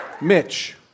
Mitch